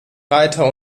reiter